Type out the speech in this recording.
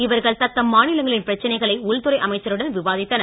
இவர்கள் தத்தம் மாநிலங்களின் பிரச்சனைகளை உள்துறை அமைச்சருடன் விவாதித்தனர்